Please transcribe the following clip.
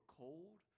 cold